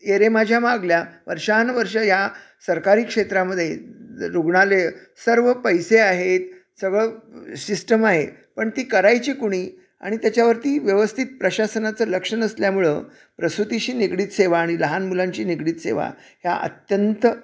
ये रे माझ्या मागल्या वर्षानुवर्षं या सरकारी क्षेत्रामध्ये रुग्णालय सर्व पैसे आहेत सगळं सिस्टम आहे पण ती करायची कुणी आणि त्याच्यावरती व्यवस्थित प्रशासनाचं लक्ष नसल्यामुळं प्रसूतीशी निगडीत सेवा आणि लहान मुलांशी निगडीत सेवा ह्या अत्यंत